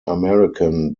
american